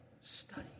study